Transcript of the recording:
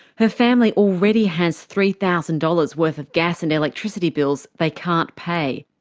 her family already has three thousand dollars worth of gas and electricity bills they can't pay.